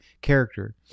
character